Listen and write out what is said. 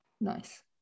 Nice